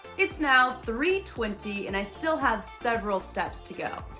it's now three twenty, and i still have several steps to go.